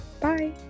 bye